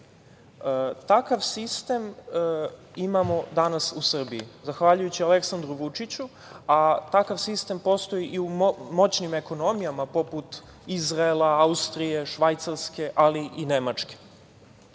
Takav sistem imamo danas u Srbiji, zahvaljujući Aleksandru Vučiću a takav sistem postoji i u moćnim ekonomijama poput Izraela, Austrije, Švajcarske, ali i Nemačke. Ovaj